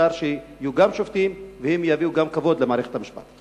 שאפשר שיהיו גם שופטים והם יביאו כבוד למערכת המשפט.